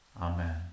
Amen